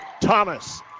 Thomas